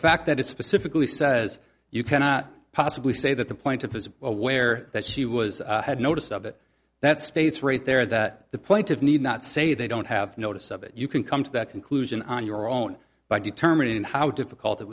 fact that it specifically says you cannot possibly say that the plaintiff is aware that she was had notice of it that states right there that the plaintiff need not say they don't have notice of it you can come to that conclusion on your own by determining how difficult it